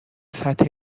سطح